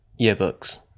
yearbooks